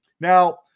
Now